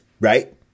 right